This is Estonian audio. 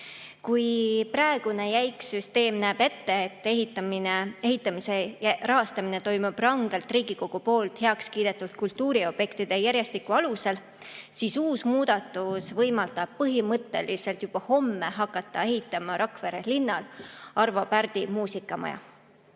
Praegune jäik süsteem näeb ette, et ehitamise rahastamine toimub rangelt Riigikogus heaks kiidetud kultuuriobjektide järjestiku alusel. Tehtav muudatus võimaldab põhimõtteliselt juba homme Rakvere linnas Arvo Pärdi muusikamaja